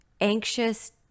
anxious